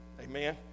Amen